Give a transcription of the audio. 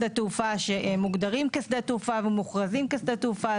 שדות תעופה שמוגדרים כשדה תעופה ומוכרזים בשדה תעופה.